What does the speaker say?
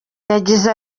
yagize